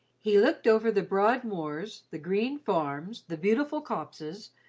he looked over the broad moors, the green farms, the beautiful copses,